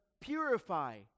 purify